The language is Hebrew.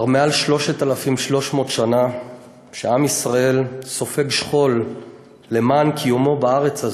כבר מעל 3,300 שנה שעם ישראל סופג שכול למען קיומו בארץ הזאת.